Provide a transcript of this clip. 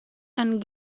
and